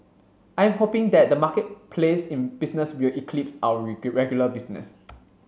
I am hoping that the marketplace business will eclipse our regular business